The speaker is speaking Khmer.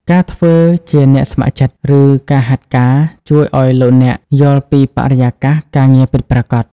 ការធ្វើជាអ្នកស្ម័គ្រចិត្ត ឬការហាត់ការ ជួយឱ្យលោកអ្នកយល់ពីបរិយាកាសការងារពិតប្រាកដ។